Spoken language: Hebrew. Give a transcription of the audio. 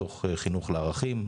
מתוך חינוך לערכים,